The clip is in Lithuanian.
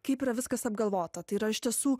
kaip yra viskas apgalvota tai yra iš tiesų